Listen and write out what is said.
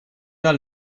der